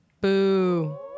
Boo